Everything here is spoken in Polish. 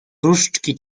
różdżki